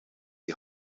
die